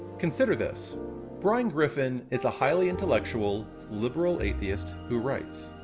consider this brian griffin is a highly intellectual, liberal atheist, who writes.